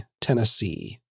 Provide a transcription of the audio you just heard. Tennessee